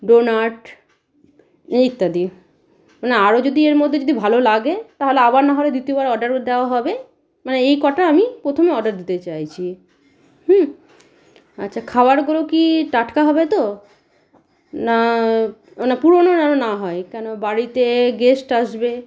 donut ইত্যাদি মনে আরো যদি এর মধ্যে যদি ভালো লাগে তাহলে আবার না হলে দ্বিতীয়বার অর্ডার কর দেওয়া হবে মানে এই কটা আমি প্রথমে অর্ডার দিতে চাইছি আচ্ছা খাবারগুলো কি টাটকা হবে তো না মানে পুরোনো যেন না হয় কেন বাড়িতে গেস্ট আসবে